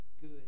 good